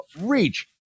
reach